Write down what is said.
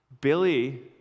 Billy